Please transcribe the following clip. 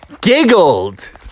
giggled